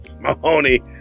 Mahoney